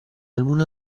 luna